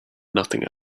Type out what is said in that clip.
nothing